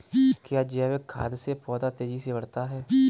क्या जैविक खाद से पौधा तेजी से बढ़ता है?